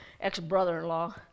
ex-brother-in-law